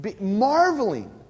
marveling